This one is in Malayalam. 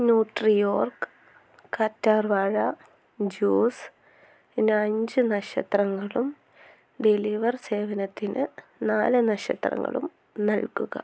ന്യൂട്രിയോർക് കറ്റാർ വാഴ ജ്യൂസ് ന്നെ അഞ്ച് നക്ഷത്രങ്ങളും ഡെലിവർ സേവനത്തിന് നാല് നക്ഷത്രങ്ങളും നൽകുക